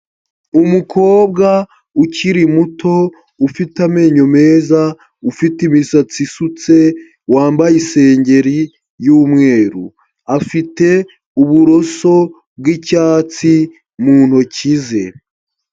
Umukobwa ukiri muto ufite amenyo meza, ufite imisatsi isutse, wambaye isengeri y'umweru. Afite uburoso bw'icyatsi mu ntoki ze.